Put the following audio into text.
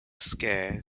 scare